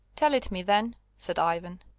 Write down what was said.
tell it me, then, said ivan.